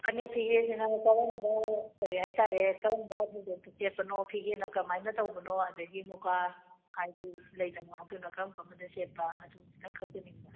ꯐꯅꯦꯛ ꯐꯤꯒꯦ ꯁꯤꯅ ꯀꯔꯝꯕ ꯀꯔꯤ ꯍꯥꯏꯇꯥꯔꯦ ꯀꯔꯝꯕ ꯊꯧꯗꯣꯛꯇ ꯁꯦꯠꯄꯅꯣ ꯐꯤꯒꯦꯅ ꯀꯃꯥꯏꯅ ꯇꯧꯕꯅꯣ ꯑꯗꯨꯗꯒꯤ ꯃꯨꯒꯥ ꯍꯥꯏꯗꯤ ꯂꯩꯗꯅ ꯑꯗꯨꯅ ꯀꯔꯝ ꯀꯥꯔꯝꯕꯗ ꯁꯦꯠꯄ ꯑꯗꯨ ꯈꯤꯠꯇꯪ ꯈꯪꯖꯅꯤꯡꯕ